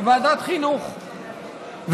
לוועדת החינוך,